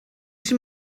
seen